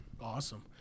awesome